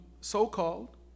so-called